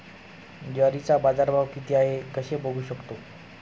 ज्वारीचा बाजारभाव किती आहे कसे बघू शकतो?